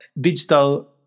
digital